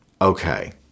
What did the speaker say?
okay